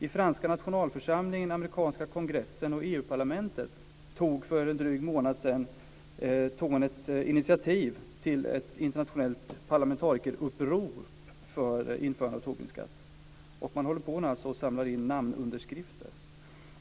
I franska nationalförsamlingen, i amerikanska kongressen och i EU-parlamentet togs för drygt en månad sedan ett initiativ till ett internationellt parlamentarikerupprop för införandet av en Tobinskatt. Man samlar nu in namnunderskrifter.